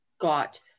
got